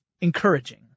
encouraging